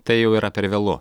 tai jau yra per vėlu